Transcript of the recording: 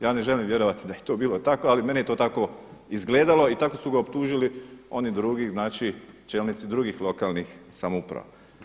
Ja ne želim vjerovati da je to bilo takvo ali meni je to tako izgledalo i tako su ga optužili oni drugi znači čelnici drugih lokalnih samouprava.